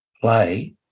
play